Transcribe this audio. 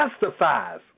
justifies